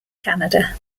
canada